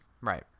Right